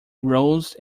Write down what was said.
rose